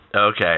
Okay